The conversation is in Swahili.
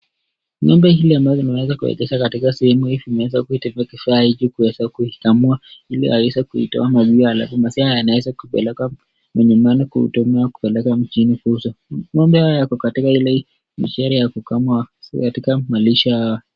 Ng'ombe hili ambazo limeweza kuekezwa katika sehemu hii zimeweza kutumia kifaa hiki ili kuweza kuikamua ili aweze kuitoa maziwa halafu maziwa yanaweza kupelekwa milimani kutumiwa kupelekwa mjini kuuzwa. Ng'ombe hawa wakokatika ile ishara ya kukama, na katika malisho yao.